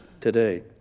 today